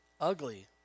ugly